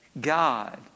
God